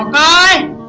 nine